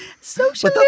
Social